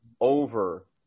over